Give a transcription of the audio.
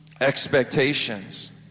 expectations